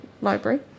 Library